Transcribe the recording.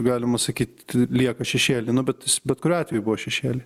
galima sakyt lieka šešėly nu bet bet kuriu atveju buvo šešėly